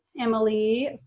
Emily